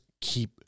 keep